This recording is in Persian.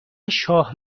شاه